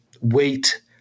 weight